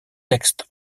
textes